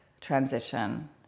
transition